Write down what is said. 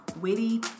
witty